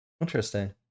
interesting